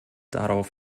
darauf